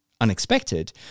unexpected